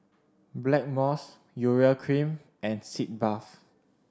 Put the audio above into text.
Blackmores Urea Cream and Sitz Bath